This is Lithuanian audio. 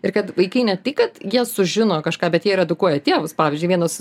ir kad vaikai ne tik kad jie sužino kažką bet jie ir edukuoja tėvus pavyzdžiui vienas